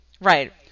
Right